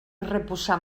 reposar